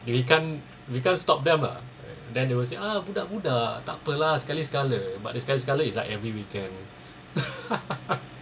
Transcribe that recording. we can't we can't stop them ah then they will say ah budak-budak sekali sekala but the sekali sekala is like every weekend